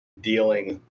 dealing